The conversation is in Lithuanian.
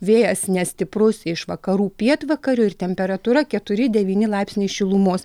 vėjas nestiprus iš vakarų pietvakarių ir temperatūra keturi devyni laipsniai šilumos